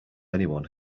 anyone